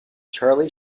charlie